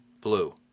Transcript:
blue